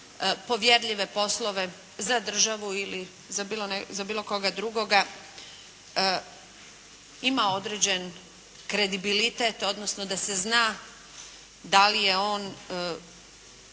povjerljive poslove za državu ili za bilo koga drugoga ima određen kredibilitet, odnosno da se zna da li je on